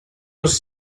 was